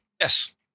Yes